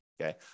okay